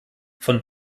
von